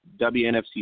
WNFC